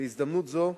בהזדמנות זו,